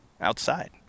outside